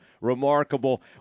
remarkable